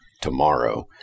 Tomorrow